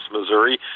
Missouri